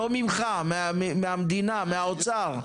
לא ממך, מהמדינה, מהאוצר.